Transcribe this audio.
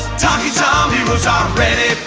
talking tom heroes are ready